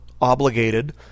obligated